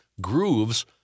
grooves